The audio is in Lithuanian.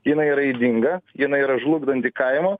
jinai yra ydinga jinai yra žlugdanti kaimą